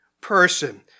person